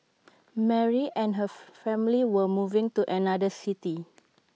Mary and her family were moving to another city